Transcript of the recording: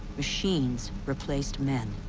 machines replaced men.